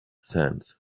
sands